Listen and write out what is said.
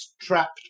trapped